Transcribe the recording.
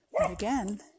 Again